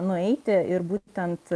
nueiti ir būtent